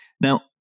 Now